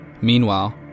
Meanwhile